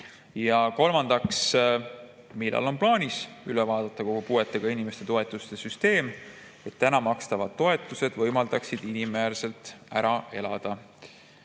Ja kolmandaks: "Millal on plaanis üle vaadata kogu puuetega inimeste toetuste süsteem, et täna makstavad toetused võimaldaksid inimväärselt ära elada?"